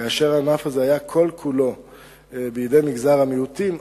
כאשר הענף הזה היה כל כולו בידי מגזר המיעוטים,